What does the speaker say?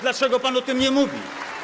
Dlaczego pan o tym nie mówi?